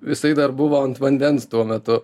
jisai dar buvo ant vandens tuo metu